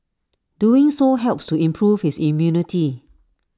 doing so helps to improve his immunity